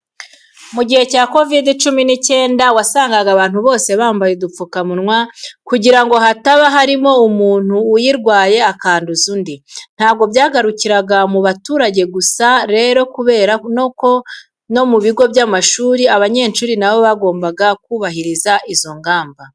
Mu gihe cya Covid cumi n'icyenda wasangaga abantu bose bambaye udupfukamunwa kugira ngo hataba harimo umuntu uyirwaye akanduza undi. Ntabwo byagarukiraga mu baturage gusa rero kubera ko no mu bigo by'amashuri abanyeshuri na bo bagombaga kubahiriza izo ngamba.